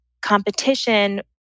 competition